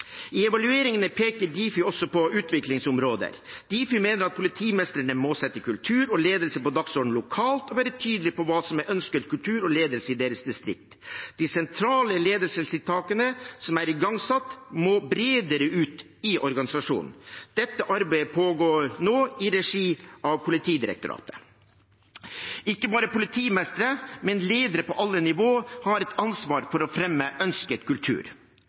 I evalueringene peker Difi også på utviklingsområder. Difi mener at politimesterne må sette kultur og ledelse på dagsordenen lokalt og være tydelig på hva som er ønsket kultur og ledelse i deres distrikt. De sentrale ledelsestiltakene som er igangsatt, må bredere ut i organisasjonen. Dette arbeidet pågår nå, i regi av Politidirektoratet. Ikke bare politimestere, men ledere på alle nivå har et ansvar for å fremme ønsket kultur.